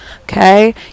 okay